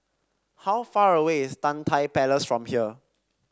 how far away is Tan Tye Palace from here